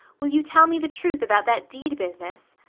will you tell me the truth about that deed business?